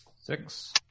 Six